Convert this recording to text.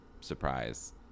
surprise